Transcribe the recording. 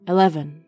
Eleven